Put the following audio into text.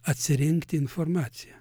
atsirinkti informaciją